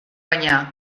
baina